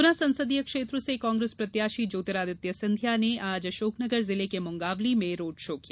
गुना संसदीय क्षेत्र से कांग्रेस प्रत्याशी ज्योतिरादित्य सिंधिया ने आज अशोकनगर जिले के मुंगावली में रोडशो किया